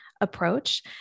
approach